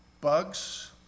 bugs